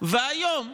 והיום,